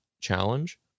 challenge